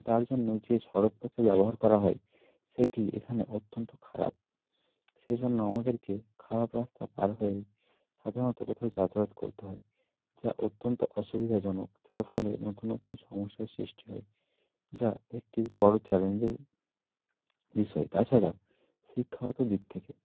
তার জন্য যে সড়কপথের ব্যবহার করা হয় সেটি এখানে অত্যন্ত খারাপ সেজন্য আমাদেরকে খারাপ রাস্তা পার হয়ে সাধারণত কোথাও যাতায়াত করতে হয় যা অত্যন্ত অসুবিধাজনক যার ফলে নতুন নতুন সমস্যার সৃষ্টি হয় যা একটি বড়ো চ্যালেঞ্জের বিষয় তাছাড়া শিক্ষাগত দিক থেকে